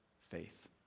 faith